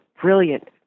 brilliant